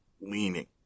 leaning